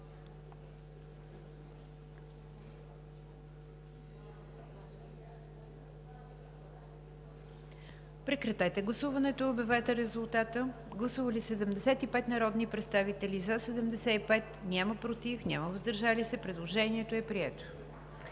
Прекратете гласуването и обявете резултата. Гласували 70 народни представители: за 70, против и въздържали се няма. Предложението е прието.